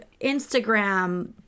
Instagram